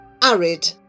Arid